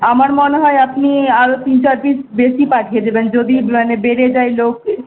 আমার মনে হয় আপনি আর তিন চার পিস বেশি পাঠিয়ে দেবেন যদি মানে বেড়ে যায় লোক